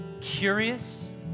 curious